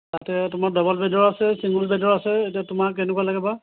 তাতে তোমাৰ ডাবোল বেডৰ আছে চিংগল বেডৰ আছে এতিয়া তোমাক কেনেকুৱা লাগে বা